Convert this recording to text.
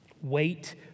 Wait